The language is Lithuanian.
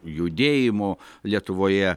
judėjimo lietuvoje